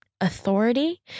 authority